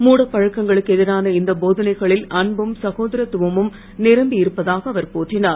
மூடப்பழக்கங்களுக்கு எதிரான இந்த போதனைகளில் அன்பும் சகோதரத்துவமும் நிரம்பி இருப்பதாக அவர் போற்றினார்